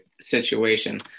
situation